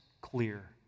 clear